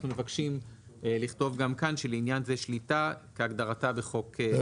אנחנו מבקשים לכתוב גם כאן שלעניין זה שליטה כהגדרתה בחוק --- ערך .